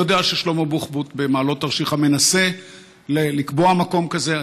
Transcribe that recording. אני יודע ששלמה בוחבוט במעלות-תרשיחא מנסה לקבוע מקום כזה.